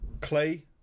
clay